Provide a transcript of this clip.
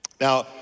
Now